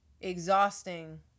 exhausting